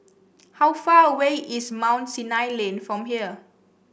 how far away is Mount Sinai Lane from here